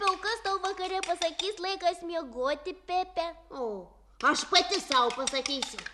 o kas tau vakare pasakyti laikas miegoti pepe o aš pati sau pasakysiu